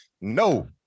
No